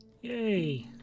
Yay